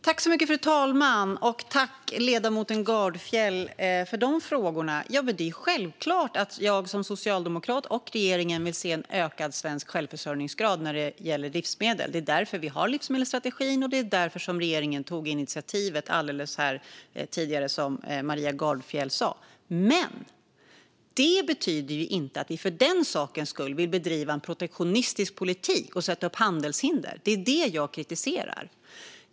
Fru talman! Tack, ledamoten Gardfjell, för de frågorna! Det är självklart att både jag som socialdemokrat och regeringen vill se en ökad svensk självförsörjningsgrad när det gäller livsmedel. Det är därför vi har livsmedelsstrategin, och det var därför regeringen tidigare tog det initiativ som Maria Gardfjell nämnde. Men det betyder inte att vi för den sakens skull vill bedriva en protektionistisk politik och sätta upp handelshinder. Det är det jag kritiserar.